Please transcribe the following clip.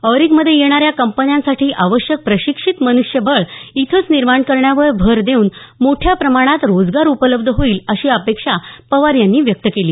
ऑरिकमध्ये येणाऱ्या कंपन्यांसाठी आवश्यक प्रशिक्षित मन्ष्यबळ इथंच निर्माण करण्यावर भर देऊन मोठ्या प्रमाणात रोजगार उपलब्ध होईल अशी अपेक्षा पवार यांनी व्यक्त केली